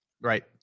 right